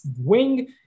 wing